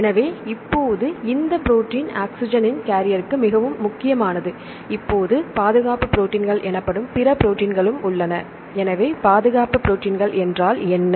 எனவே இப்போது இந்த ப்ரோடீன் ஆக்ஸிஜனின் கேரியருக்கு மிகவும் முக்கியமானது இப்போது பாதுகாப்பு ப்ரோடீன்ஸ்கள் எனப்படும் பிற ப்ரோடீன்களும் உள்ளன எனவே பாதுகாப்பு ப்ரோடீன்கள் என்றால் என்ன